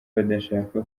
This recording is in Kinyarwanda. badashaka